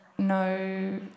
no